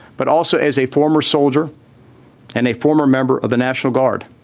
but also as a former soldier and a former member of the national guard.